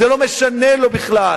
זה לא משנה לו בכלל.